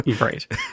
Right